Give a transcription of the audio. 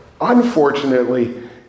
Unfortunately